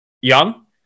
young